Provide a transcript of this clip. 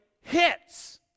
hits